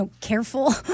careful